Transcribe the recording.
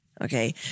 okay